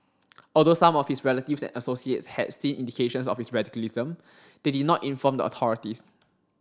although some of his relatives and associates had seen indications of his radicalism they did not inform the authorities